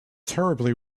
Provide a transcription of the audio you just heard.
terribly